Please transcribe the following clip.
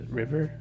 river